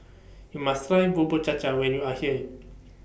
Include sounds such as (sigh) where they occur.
YOU must Try Bubur Cha Cha when YOU Are here (noise)